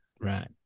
Right